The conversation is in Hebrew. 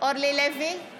נגד יריב לוין,